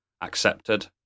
accepted